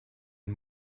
ein